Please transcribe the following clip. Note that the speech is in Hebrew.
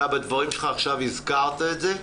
אתה בדברים שלך הזכרת את זה.